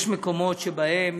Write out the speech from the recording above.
יש מקומות שבהם